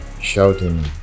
shouting